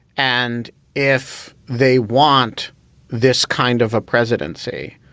and if they want this kind of a presidency,